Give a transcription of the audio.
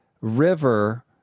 River